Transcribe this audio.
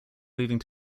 moving